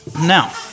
Now